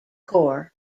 corps